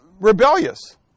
Rebellious